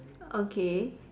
okay